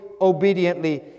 obediently